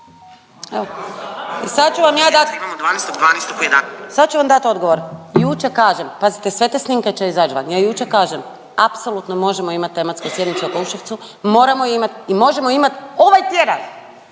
Sad ću vam dat odgovor. Jučer kažem, pazite sve te snimke će izać van, ja jučer kažem, apsolutno možemo imat tematsku sjednicu o Jakuševcu, moramo imati možemo imat ovaj tjedan.